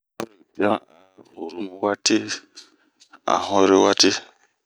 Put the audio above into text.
Avirili pian a hurumu wati, anhore wati.